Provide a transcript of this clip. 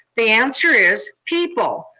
the answer is, people.